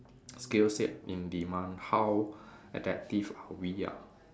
skill set in demand how adaptive are we ah